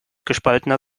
gespaltener